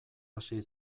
hasi